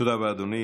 תודה רבה, אדוני.